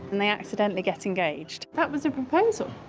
and they accidentally get engaged. that was a proposal?